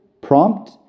prompt